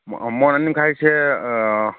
ꯃꯣꯟ ꯑꯅꯤ ꯃꯈꯥꯏꯁꯦ